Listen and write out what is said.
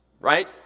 right